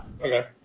Okay